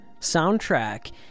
soundtrack